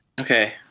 okay